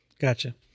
Gotcha